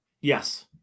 Yes